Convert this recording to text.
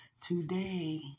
today